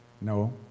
No